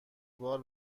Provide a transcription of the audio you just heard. بار